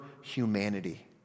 humanity